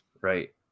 Right